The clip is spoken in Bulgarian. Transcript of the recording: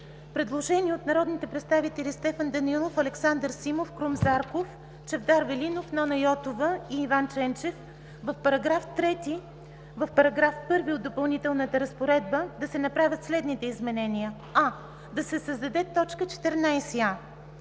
Предложение от народните представители Стефан Данаилов, Александър Симов, Крум Зарков, Чавдар Велинов, Нона Йотова и Иван Ченчев: „В § 3, в § 1 от Допълнителната разпоредба да се направят следните изменения: а) да се създаде т. 14а: